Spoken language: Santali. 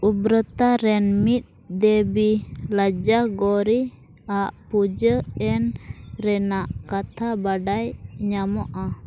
ᱩᱨᱵᱚᱨᱚᱛᱟ ᱨᱮᱱ ᱢᱤᱫ ᱫᱮᱵᱤ ᱞᱚᱡᱡᱟ ᱜᱳᱣᱨᱤ ᱟᱜ ᱯᱩᱡᱟᱹ ᱮᱱ ᱨᱮᱱᱟᱜ ᱠᱟᱛᱷᱟ ᱵᱟᱰᱟᱭ ᱧᱟᱢᱚᱜᱼᱟ